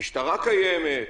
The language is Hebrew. המשטרה קיימת.